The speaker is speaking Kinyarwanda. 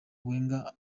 wenger